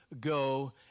go